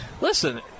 Listen